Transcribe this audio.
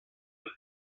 and